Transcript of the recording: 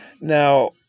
Now